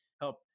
help